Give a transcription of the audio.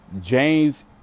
James